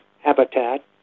habitat